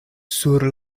sur